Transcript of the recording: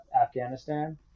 Afghanistan